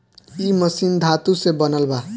इ मशीन धातु से बनल बा